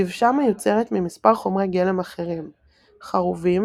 דבשה מיוצרת ממספר חומרי גלם אחרים חרובים,